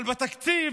אבל בתקציב